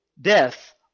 death